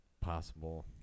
possible